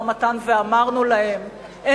חברי קדימה.